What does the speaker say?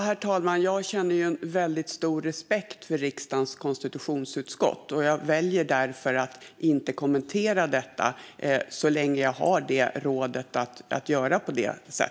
Herr talman! Jag har väldigt stor respekt för riksdagens konstitutionsutskott. Jag väljer därför att inte kommentera detta så länge jag har fått det rådet.